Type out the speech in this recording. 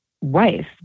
wife